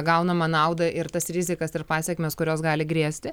gaunamą naudą ir tas rizikas ir pasekmes kurios gali grėsti